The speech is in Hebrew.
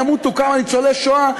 ימותו כמה ניצולי שואה,